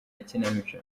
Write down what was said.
ikinamico